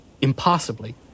impossibly